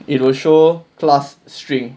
it'll show plus string